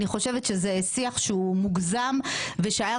אני חושבת שזה שיח שהוא מוגזם ושהיה